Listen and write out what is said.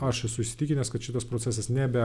aš esu įsitikinęs kad šitas procesas nebe